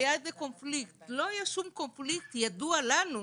שהיה איזה קונפליקט לא היה כל קונפליקט שידוע לנו,